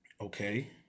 okay